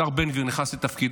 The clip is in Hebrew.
השר בן גביר נכנס לתפקידו,